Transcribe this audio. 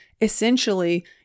Essentially